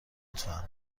لطفا